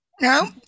No